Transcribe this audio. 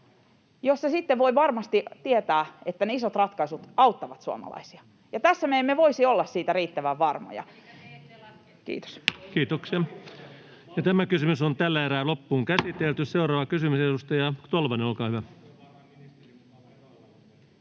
sitten voi varmasti tietää, että ne isot ratkaisut auttavat suomalaisia. Ja tässä me emme voisi olla siitä riittävän varmoja. [Leena Meri: Elikkä te ette laske sitä!] — Kiitos. Seuraava kysymys, edustaja Tolvanen, olkaa hyvä.